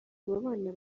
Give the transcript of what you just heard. ababana